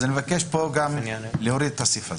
אז אני מבקש להוריד את זה.